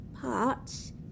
Parts